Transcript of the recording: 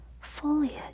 foliage